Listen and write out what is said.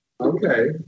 Okay